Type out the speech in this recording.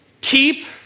keep